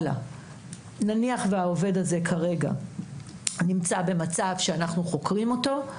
נניח והעובד הזה כרגע נמצא במצב שאנחנו חוקרים אותו,